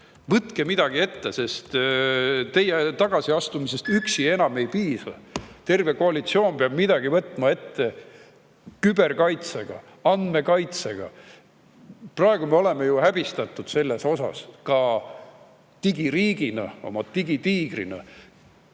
Võtke midagi ette, sest teie tagasiastumisest üksi enam ei piisa. Terve koalitsioon peab midagi ette võtma küberkaitsega, andmekaitsega. Praegu me oleme ju häbistatud digiriigina, oma digitiigriga.